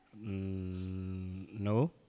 No